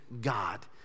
God